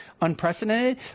unprecedented